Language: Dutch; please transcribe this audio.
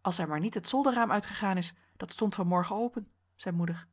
als hij maar niet het zolderraam uitgegaan is dat stond van morgen open zei moeder